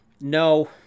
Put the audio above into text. no